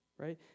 right